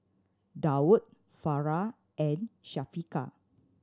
Daud Farah and Syafiqah